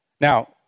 Now